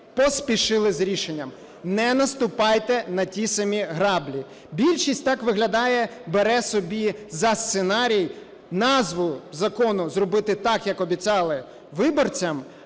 поспішили з рішенням. Не наступайте на ті самі граблі. Більшість так виглядає, бере собі за сценарій назву закону зробити так як обіцяли виборцям,